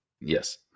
Yes